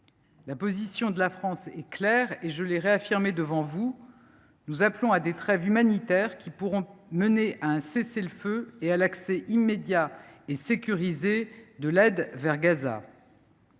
La position de la France est claire et je l’ai réaffirmée devant vous : nous appelons à des trêves humanitaires qui pourront mener à un cessez le feu et à l’accès immédiat et sécurisé de l’aide à Gaza.